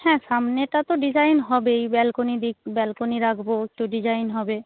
হ্যাঁ সামনেটা তো ডিজাইন হবেই ব্যালকনি ব্যালকনি রাখব তো ডিজাইন হবে